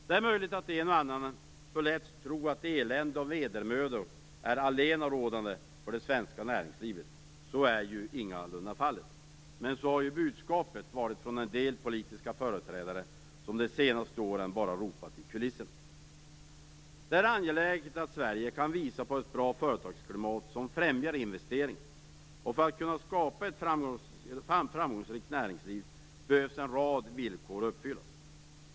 Det är möjligt att en och annan förletts tro att elände och vedermödor är allenarådande för det svenska näringslivet. Så är ju ingalunda fallet. Men så har budskapet varit från en del politiska företrädare som de senaste åren bara ropat i kulisserna. Det är angeläget att Sverige kan visa på ett bra företagsklimat som främjar investeringar. För att vi skall kunna skapa ett framgångsrikt näringsliv behöver en rad villkor uppfyllas.